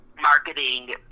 marketing